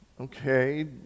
okay